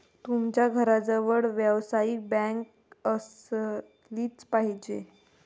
तुमच्या घराजवळ व्यावसायिक बँक असलीच पाहिजे